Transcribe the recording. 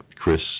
Chris